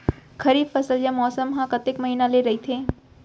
खरीफ फसल या मौसम हा कतेक महिना ले रहिथे?